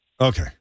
Okay